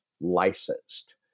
licensed